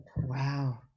Wow